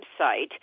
website